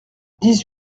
dix